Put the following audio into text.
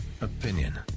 opinion